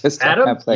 Adam